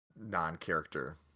non-character